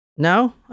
No